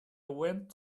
went